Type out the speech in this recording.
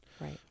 Right